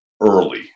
early